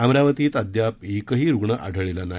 अमरावतीत अद्याप एकही रूग्ण आढळलेला नाही